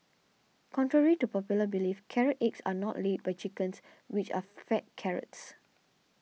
contrary to popular belief carrot eggs are not laid by chickens which are fed carrots